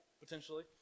potentially